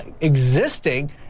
existing